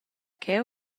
cheu